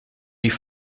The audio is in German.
die